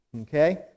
Okay